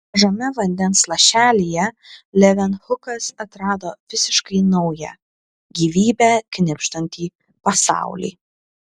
mažame vandens lašelyje levenhukas atrado visiškai naują gyvybe knibždantį pasaulį